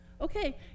Okay